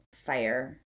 fire